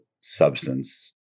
substance